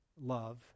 love